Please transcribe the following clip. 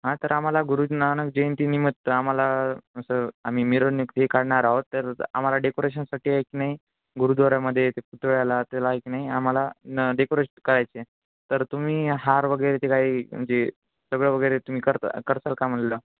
हा तर आम्हाला गुरू नानक जयंतीनिमित्त आम्हाला असं आम्ही मिरवणूक हे काडणार आहोत तर आम्हाला डेकोरेशनसाठी एक नाही गुरुद्वाऱ्यामध्ये ते पुतळ्याला की नाही आम्हाला न डेकोरेशन करायचे आहे तर तुम्ही हार वगैरे ते काही म्हणजे सगळं वगैरे तुम्ही करता करताल का म्हटलेलं